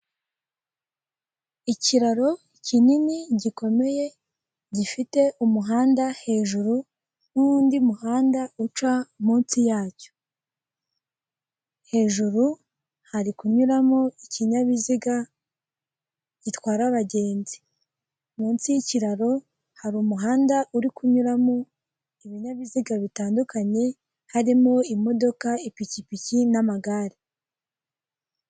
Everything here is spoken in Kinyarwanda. Ahantu hari habereye amatora abaturage bamwe bari kujya gutora abandi bari kuvayo ku marembo y'aho hantu hari habereye amatora hari hari banderore yanditseho repubulika y'u Rwanda komisiyo y'igihugu y'amatora, amatora y'abadepite ibihumbi bibiri na cumi n'umunani twitabire amatora duhitemo neza.